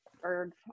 birds